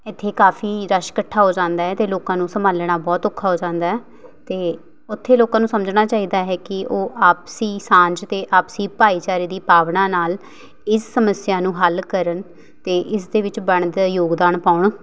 ਇੱਥੇ ਕਾਫੀ ਰਸ਼ ਇਕੱਠਾ ਹੋ ਜਾਂਦਾ ਅਤੇ ਲੋਕਾਂ ਨੂੰ ਸੰਭਾਲਣਾ ਬਹੁਤ ਔਖਾ ਹੋ ਜਾਂਦਾ ਅਤੇ ਉੱਥੇ ਲੋਕਾਂ ਨੂੰ ਸਮਝਣਾ ਚਾਹੀਦਾ ਹੈ ਕਿ ਉਹ ਆਪਸੀ ਸਾਂਝ ਅਤੇ ਆਪਸੀ ਭਾਈਚਾਰੇ ਦੀ ਭਾਵਨਾ ਨਾਲ ਇਸ ਸਮੱਸਿਆ ਨੂੰ ਹੱਲ ਕਰਨ ਅਤੇ ਇਸ ਦੇ ਵਿੱਚ ਬਣਦਾ ਯੋਗਦਾਨ ਪਾਉਣ